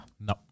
No